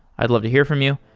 i'd love to hear from you.